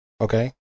Okay